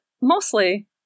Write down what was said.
mostly